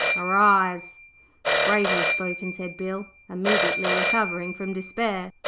arise bravely spoken said bill, immediately recovering from despair.